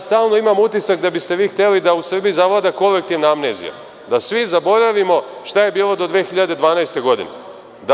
Stalno imam utisak da biste vi hteli da u Srbiji zavlada kolektivna amnezija, da svi zaboravimo šta je bilo do 2012. godine.